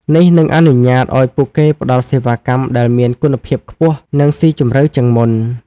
នេះនឹងអនុញ្ញាតឱ្យពួកគេផ្តល់សេវាកម្មដែលមានគុណភាពខ្ពស់ និងស៊ីជម្រៅជាងមុន។